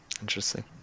Interesting